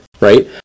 right